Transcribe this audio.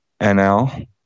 NL